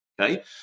okay